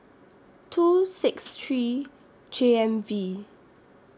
two six three J M V